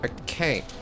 Okay